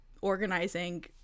organizing